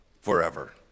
forever